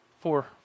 Four